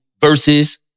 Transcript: versus